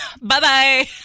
Bye-bye